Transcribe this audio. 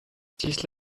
dies